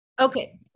okay